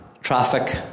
traffic